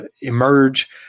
emerge